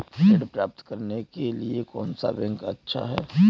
ऋण प्राप्त करने के लिए कौन सा बैंक अच्छा है?